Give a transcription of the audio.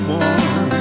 one